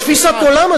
זאת תפיסת עולם,